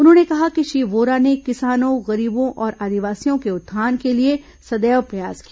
उन्होंने कहा कि श्री वोरा ने किसानों गरीबों और आदिवासियों के उत्थान के लिए सदैव प्रयास किया